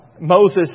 Moses